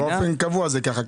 באופן קבוע זה כך.